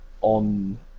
on